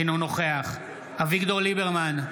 אינו נוכח אביגדור ליברמן,